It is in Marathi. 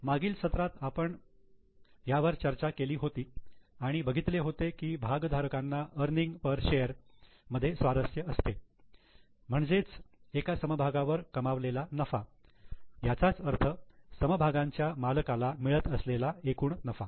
मागील सत्रात आपण पण यावर चर्चा केली होती आणि बघितले होते की भागधारकांना अर्निंग पर शेअर मध्ये स्वारस्य असते म्हणजेच एका समभागावर कमवलेला नफा याचाच अर्थ समभागांच्या मालकाला मिळत असलेला नफा